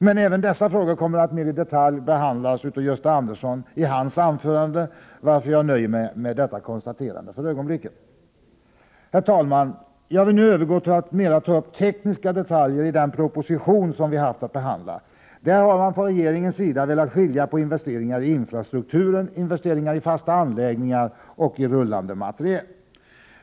Men även dessa frågor kommer att mer i detalj behandlas av Gösta Andersson i hans anförande, varför jag för ögonblicket nöjer mig med detta konstaterande. Herr talman! Jag vill nu övergå till att mera ta upp tekniska detaljer i den proposition som vi har haft att behandla. Där har man från regeringens sida velat skilja på investeringar i infrastrukturen, investeringar i fasta anläggningar och i rullande materiel.